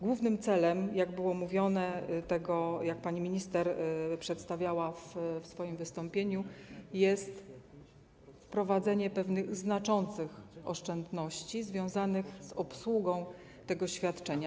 Głównym celem, jak było mówione, jak pani minister przedstawiała w swoim wystąpieniu, jest wprowadzenie pewnych znaczących oszczędności związanych z obsługą tego świadczenia.